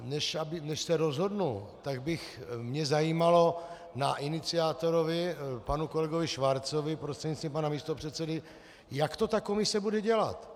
Než se rozhodnu, tak by mě zajímalo na iniciátorovi panu kolegovi Schwarzovi prostřednictvím pana místopředsedy, jak to ta komise bude dělat.